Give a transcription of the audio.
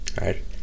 right